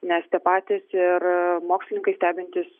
nes tie patys ir mokslininkai stebintys